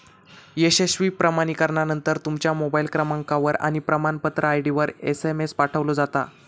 यशस्वी प्रमाणीकरणानंतर, तुमच्या मोबाईल क्रमांकावर आणि प्रमाणपत्र आय.डीवर एसएमएस पाठवलो जाता